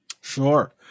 Sure